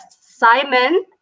simon